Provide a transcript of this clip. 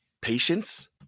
Patience